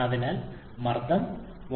അതിനാൽ മർദ്ദം 1